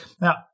now